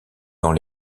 dans